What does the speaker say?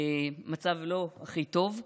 מצב לא הכי טוב.